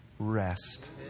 Rest